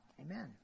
Amen